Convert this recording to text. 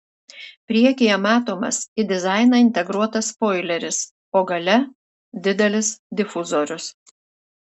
priekyje matomas į dizainą integruotas spoileris o gale didelis difuzorius